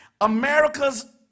America's